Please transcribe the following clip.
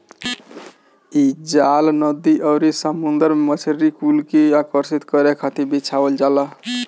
इ जाल नदी अउरी समुंदर में मछरी कुल के आकर्षित करे खातिर बिछावल जाला